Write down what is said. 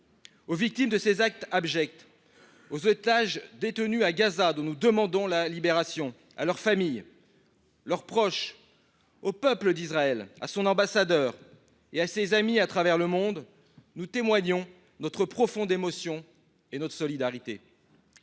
Aux victimes de ces actes abjects, aux otages détenus à Gaza, dont nous demandons la libération, à leurs familles, à leurs proches, au peuple d’Israël, à son ambassadeur et à ses amis à travers le monde, nous témoignons notre profonde émotion et notre solidarité.